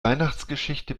weihnachtsgeschichte